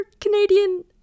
Canadian